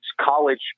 college